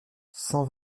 cent